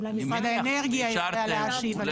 אולי משרד האנרגיה יודע להשיב על זה.